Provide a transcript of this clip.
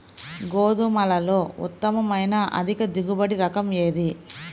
గోధుమలలో ఉత్తమమైన అధిక దిగుబడి రకం ఏది?